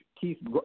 Keith